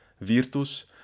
Virtus